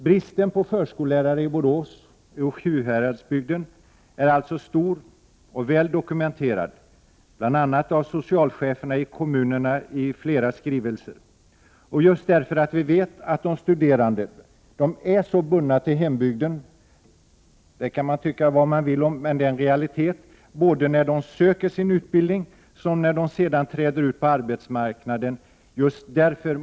Bristen på förskollärare i Borås och Sjuhäradsbygden är alltså stor och väl dokumenterad, bl.a. av socialcheferna i kommunerna i flera skrivelser. Just därför att vi vet att de studerande är så bundna till hembygden, måste denna utbildning finnas i Borås. Man kan tycka vad man vill om bundenheten, men den är en realitet både när ungdomarna söker sin utbildning och när de sedan träder ut på arbetsmarknaden.